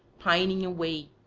pining away,